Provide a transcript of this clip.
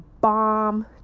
bomb